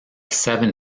seven